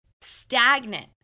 stagnant